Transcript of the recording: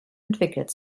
entwickelt